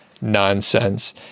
nonsense